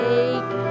Take